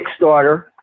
Kickstarter